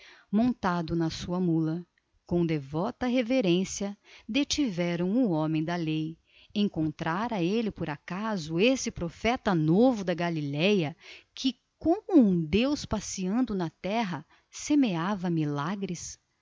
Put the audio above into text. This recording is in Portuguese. montado na sua mula com devota reverência detiveram o homem da lei encontrara ele por acaso esse profeta novo da galileia que como um deus passeando na terra semeava milagres